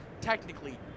technically